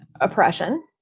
oppression